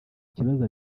gisubizo